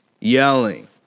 Yelling